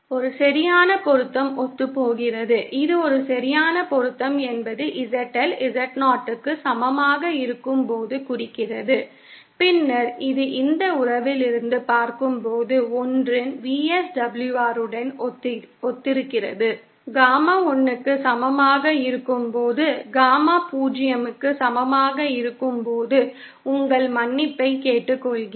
ஒரு சரியான பொருத்தம் ஒத்துப்போகிறது இது ஒரு சரியான பொருத்தம் என்பது ZL Z0 க்கு சமமாக இருக்கும்போது குறிக்கிறது பின்னர் இது இந்த உறவிலிருந்து பார்க்கும்போது ஒன்றின் VSWR உடன் ஒத்திருக்கிறது காமா 1 க்கு சமமாக இருக்கும்போது காமா 0 க்கு சமமாக இருக்கும்போது உங்கள் மன்னிப்பை கேட்டுக்கொள்கிறேன்